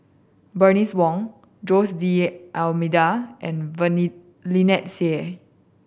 Bernice Wong Jose D'Almeida and Lynnette Seah